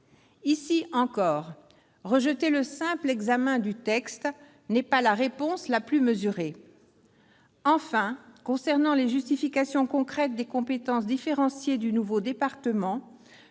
Là encore, rejeter le simple examen du texte n'est pas la réponse la plus mesurée. Enfin, concernant les justifications concrètes des compétences différenciées du nouveau département,